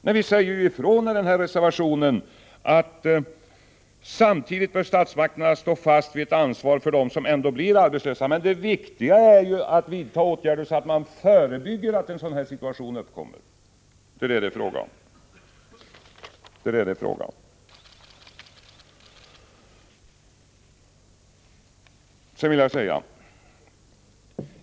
I reservationen säger vi ifrån: ”Samtidigt bör statsmakterna stå fast vid ett ansvar för dem som ändå blir arbetslösa.” Men det viktiga är ju att vidta åtgärder som förebygger att en sådan situation uppkommer — det är det det är fråga om.